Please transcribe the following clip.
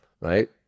right